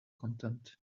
content